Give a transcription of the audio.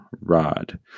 rod